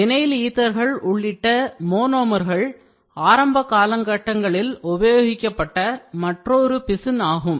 vinyl ஈத்தர்கள் உள்ளிட்ட மோனோமர்கள் ஆரம்ப காலகட்டங்களில் உபயோகிக்கப்பட்ட மற்றொரு பிசின் ஆகும்